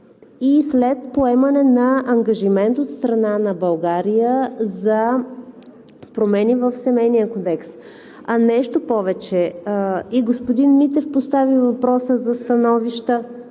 и след поемане на ангажимент от страна на България за промени в Семейния кодекс. Нещо повече, и господин Митев постави въпроса за становище